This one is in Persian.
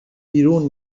بیرون